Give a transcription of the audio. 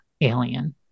Alien